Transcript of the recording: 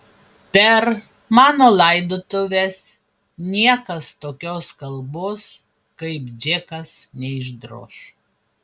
per mano laidotuves niekas tokios kalbos kaip džekas neišdroš